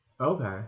Okay